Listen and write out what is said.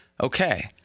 Okay